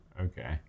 Okay